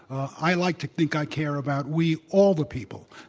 i like to think i care about we, all the people,